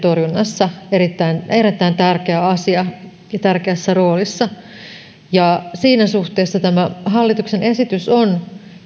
ovat köyhyyden torjunnassa erittäin tärkeä asia ja tärkeässä roolissa siinä suhteessa tämä hallituksen esitys on